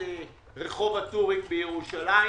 הטורים בירושלים.